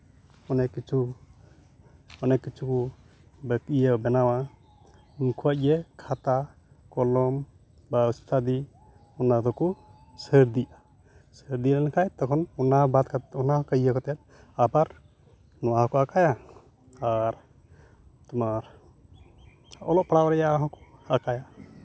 ᱚᱱᱮᱠ ᱠᱤᱪᱷᱩ ᱚᱱᱮᱠ ᱠᱤᱪᱷᱩ ᱵᱚ ᱤᱭᱟᱹ ᱵᱮᱱᱟᱣᱟ ᱩᱱ ᱠᱷᱚᱱ ᱜᱮ ᱠᱷᱟᱛᱟ ᱠᱚᱞᱚᱢ ᱵᱟ ᱤᱛᱛᱟᱫᱤ ᱚᱱᱟ ᱫᱚᱠᱚ ᱥᱟᱨᱫᱤᱜᱼᱟ ᱥᱟᱨᱫᱤ ᱞᱮᱱᱠᱷᱟᱱ ᱛᱚᱠᱷᱚᱱ ᱚᱱᱟ ᱵᱟᱫ ᱠᱟᱛᱮᱫ ᱚᱱᱟ ᱤᱭᱟᱹ ᱠᱟᱛᱮᱫ ᱟᱵᱟᱨ ᱱᱚᱣᱟᱠᱚ ᱟᱸᱠᱟᱣᱟ ᱟᱨ ᱛᱳᱢᱟᱨ ᱚᱞᱚᱜ ᱯᱟᱲᱦᱟᱜ ᱨᱮᱭᱟᱜ ᱦᱚᱸᱠᱚ ᱟᱸᱠᱟᱣᱟ